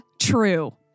true